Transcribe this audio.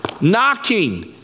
knocking